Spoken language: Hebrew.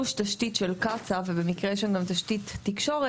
תשתית של קצא"א ובמקרה יש שם גם תשתית תקשורת,